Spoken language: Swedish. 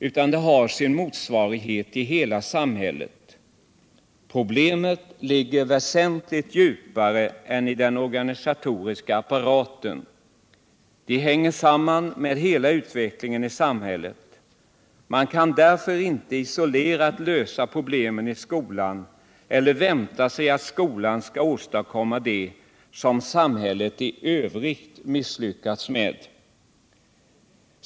utan det har sin motsvarighet i hela samhället. Problemen ligger väsentligt djupare än i den organisatoriska apparaten. De hänger samman med hela utvecklingen i samhället. Man kan därför inte isolerat lösa problemen i skolan eller vänta sig att skolan skall åstadkomma det som samhället i övrigt misslyckats med.